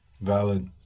Valid